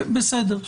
בסדר.